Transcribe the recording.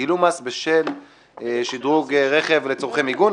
גילום מס בשל שדרוג רכב לצורכי מיגון.